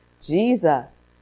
Jesus